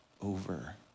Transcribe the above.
over